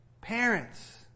Parents